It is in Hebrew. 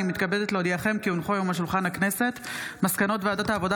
אני מתכבדת להודיעכם כי הונחו היום על שולחן הכנסת מסקנות ועדת העבודה